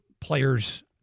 players